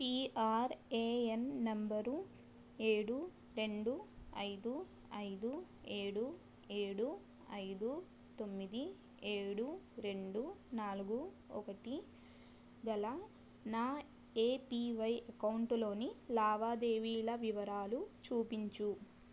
PRAN నంబరు ఏడు రెండు ఐదు ఐదు ఏడు ఏడు ఐదు తొమ్మిది ఏడు రెండు నాలుగు ఒకటి గల నా ఏపివై అకౌంటులోని లావాదేవీల వివరాలు చూపించు